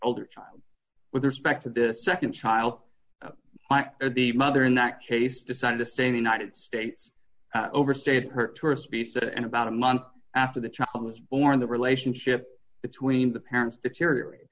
older child with respect to the nd child of the mother in that case decided to stay in the united states overstayed her tourist resort and about a month after the child was born the relationship between the parents deteriorate